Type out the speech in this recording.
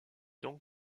donc